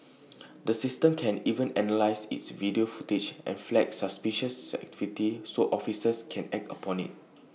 the system can even analyse its video footage and flag suspicious activity so officers can act upon IT